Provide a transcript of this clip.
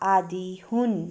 आदि हुन्